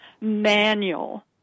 manual